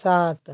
सात